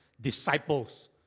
disciples